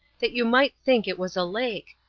that you might think it was a lake,